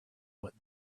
what